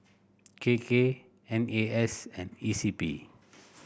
K K N A S and E C P